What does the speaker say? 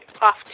off